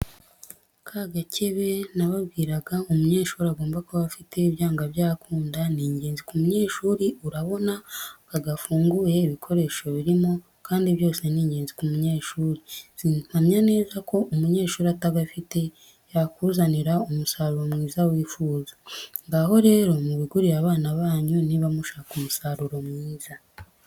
Ka gakebe nababwiraga umunyeshuri agomba kuba afite byanga byakunda, ni ingenzi ku munyeshuri urabona aka gafunguye ibikoresho birimo kandi byose ni ingenzi ku munyeshuri, simpamya neza ko umunyeshuri atagafite ko yakuzanira umusaruro mwiza wifuza, ngaho rero mubigurire abana banyu niba mushaka umusaruro mwiza.